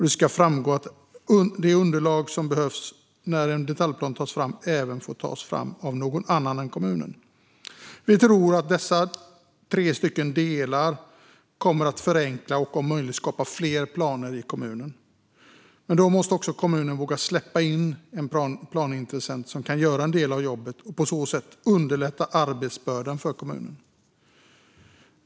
Det ska framgå att de underlag som behövs när en detaljplan tas fram även får tas fram av någon annan än kommunen. Vi tror att dessa tre delar kommer att förenkla och om möjligt skapa fler planer i kommunerna. Då måste kommunerna också våga släppa in en planintressent som kan göra en del av jobbet och på så sätt underlätta arbetsbördan för kommunerna.